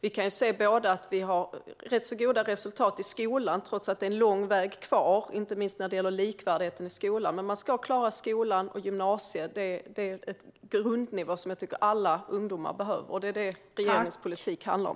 Vi ser rätt goda resultat i skolan, trots att det är en lång väg kvar, inte minst vad gäller likvärdigheten i skolan. Men att klara grundskola och gymnasium är en grundnivå som alla ungdomar behöver, och det är detta regeringens politik handlar om.